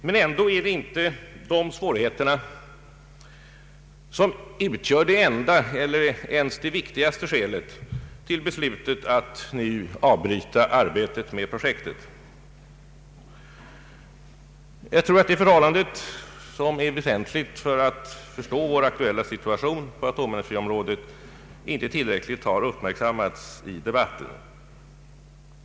Men dessa svårigheter utgör ändå inte det enda eller ens det vikti gaste skälet till beslutet att nu avbryta arbetet med projektet. Jag tror att de förhållanden som är väsentliga för att man skall kunna förstå den aktuella situationen på atomenergiområdet inte tillräckligt uppmärksammats i debatten.